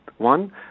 One